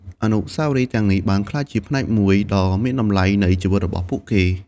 អនុស្សាវរីយ៍ទាំងនេះបានក្លាយជាផ្នែកមួយដ៏មានតម្លៃនៃជីវិតរបស់ពួកគេ។